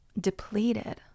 depleted